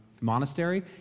monastery